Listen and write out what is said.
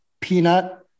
Peanut